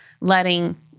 letting